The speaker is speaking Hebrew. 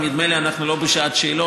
ונדמה לי שאנחנו לא בשעת שאלות.